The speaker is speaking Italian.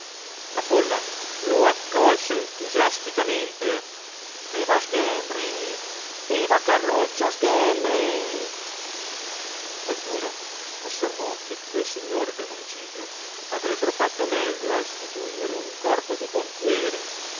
la folla lo accolse entusiasticamente viva sghembri viva carluccio sghembri qualcuno osservò che quei signori del municipio avrebbero fatto meglio a istituire un corpo di pompieri